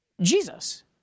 Jesus